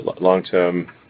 long-term